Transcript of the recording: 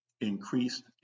increased